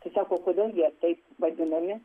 tai sako kodėl jie taip vadinami